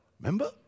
remember